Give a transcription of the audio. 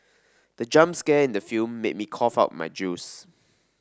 the jump scare in the film made me cough out my juice